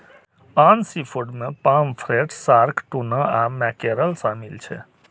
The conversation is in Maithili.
आन सीफूड मे पॉमफ्रेट, शार्क, टूना आ मैकेरल शामिल छै